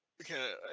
Okay